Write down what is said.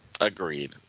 Agreed